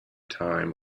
time